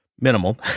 minimal